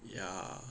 ya